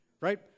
right